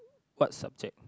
what subject